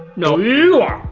no, you are!